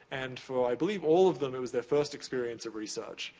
and, so, i believe all of them, it was their first experience of research.